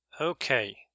Okay